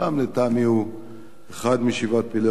לטעמי הוא אחד משבעת פלאי עולם.